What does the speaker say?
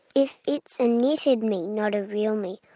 if it's a knitted me, not a real me